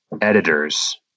editors